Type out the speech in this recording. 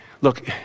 look